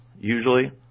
Usually